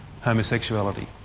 homosexuality